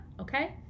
okay